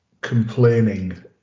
complaining